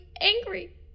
angry